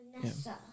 Vanessa